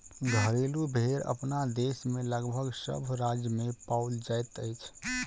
घरेलू भेंड़ अपना देश मे लगभग सभ राज्य मे पाओल जाइत अछि